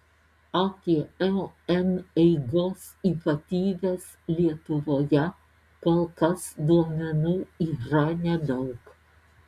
apie mn eigos ypatybes lietuvoje kol kas duomenų yra nedaug